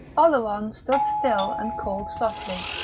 oleron stood still and called softly.